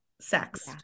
Sex